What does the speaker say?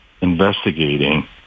investigating